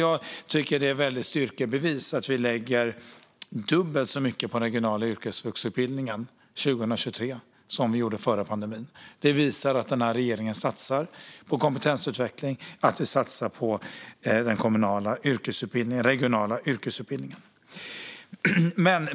Jag tycker alltså att det är ett styrkebevis att vi lägger dubbelt så mycket på den regionala yrkesvuxutbildningen 2023 jämfört med före pandemin. Det visar att regeringen satsar på kompetensutveckling och att vi satsar på den regionala yrkesutbildningen.